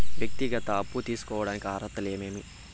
వ్యక్తిగత అప్పు తీసుకోడానికి అర్హతలు ఏమేమి